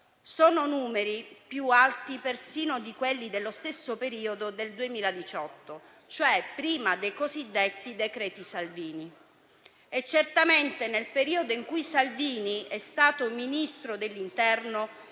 sono numeri più alti perfino di quelli dello stesso periodo del 2018, e cioè prima dei cosiddetti decreti Salvini. Certamente nel periodo in cui Salvini è stato Ministro dell'interno